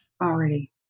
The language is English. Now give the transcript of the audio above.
already